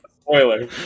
spoiler